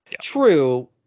True